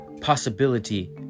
possibility